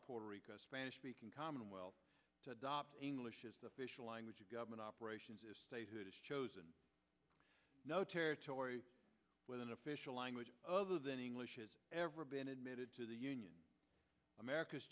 puerto rico spanish speaking commonwealth to adopt english is the official language of government operations as statehood is chosen no territory with an official language other than english ever been admitted to the union america